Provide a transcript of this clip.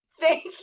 thank